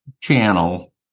channel